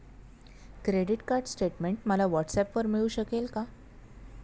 Credit card statement मला व्हॉट्सऍपवर मिळू शकेल का?